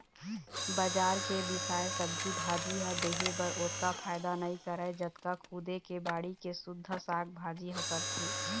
बजार के बिसाए सब्जी भाजी ह देहे बर ओतका फायदा नइ करय जतका खुदे के बाड़ी के सुद्ध साग भाजी ह करथे